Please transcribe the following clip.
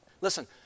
Listen